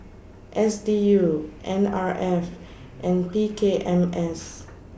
S D U N R F and P K M S